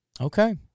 okay